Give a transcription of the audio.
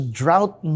drought